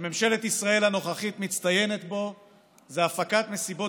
שממשלת ישראל הנוכחית מצטיינת בו זה הפקת מסיבות